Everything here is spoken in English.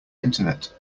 internet